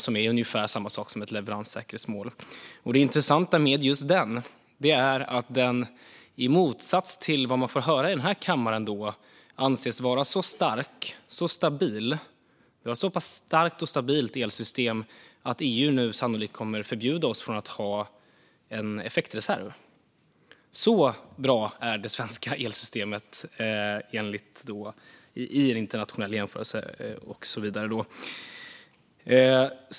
Det är ungefär samma sak som ett leveranssäkerhetsmål. Det intressanta med just den är att vi, i motsats till vad man får höra i den här kammaren, anses ha ett så starkt och stabilt elsystem att EU sannolikt kommer att förbjuda oss att ha en effektreserv. Så bra är det svenska elsystemet i en internationell jämförelse och så vidare.